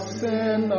sin